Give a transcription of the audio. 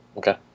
okay